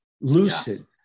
Lucid